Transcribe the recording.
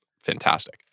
fantastic